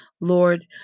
Lord